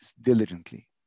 diligently